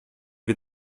wir